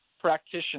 practitioner